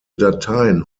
dateien